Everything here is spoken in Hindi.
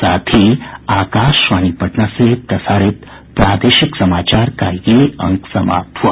इसके साथ ही आकाशवाणी पटना से प्रसारित प्रादेशिक समाचार का ये अंक समाप्त हुआ